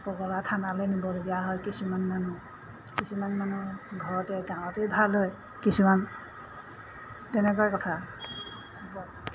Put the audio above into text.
পগলা থানালৈ নিবলগীয়া হয় কিছুমান মানুহ কিছুমান মানুহ ঘৰতে গাঁৱতেই ভাল হয় কিছুমান তেনেকুৱা কথা